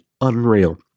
Unreal